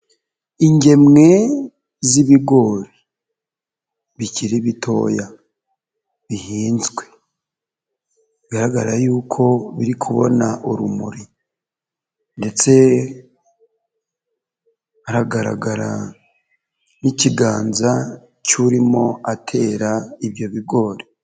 Ingemwe z'ibigori, bikiri bitoya, bihinzwe, bigaragara yuko biri kubona urumuri ndetse haragaragara n'ikiganza cy'urimo atera ibyo bigori.